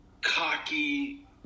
cocky